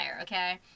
okay